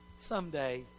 Someday